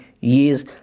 years